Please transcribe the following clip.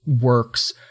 works